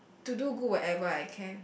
to do good whatever I can